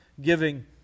Giving